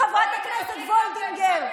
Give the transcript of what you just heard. חברת הכנסת וולדיגר.